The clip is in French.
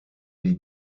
les